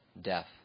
death